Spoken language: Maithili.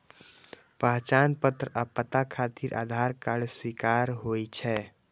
पहचान पत्र आ पता खातिर आधार कार्ड स्वीकार्य होइ छै